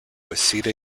waseda